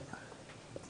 אין נמנעים,